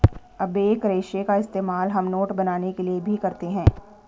एबेक रेशे का इस्तेमाल हम नोट बनाने के लिए भी करते हैं